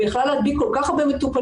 אבל היא יכלה להדביק כל כך הרבה מטופלים,